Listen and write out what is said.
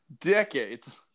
decades